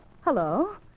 hello